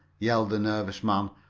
yelled the nervous man.